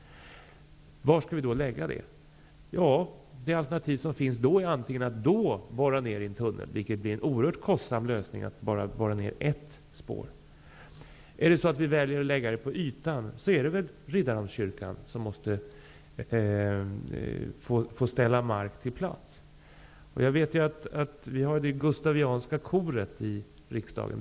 Det alternativ som finns då är antingen att borra en tunnel, vilket blir en oerhört kostsam lösning för bara ett spår. Om man väljer att lägga det på ytan, är det väl Riddarholmskyrkan som måste ge plats. Jag vet att vi har det gustavianska koret i riksdagen.